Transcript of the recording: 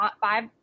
five